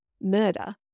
murder